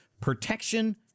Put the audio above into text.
protection